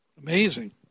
Amazing